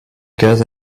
gaz